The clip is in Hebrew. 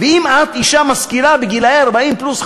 ואם את אישה משכילה בגיל 40 פלוס,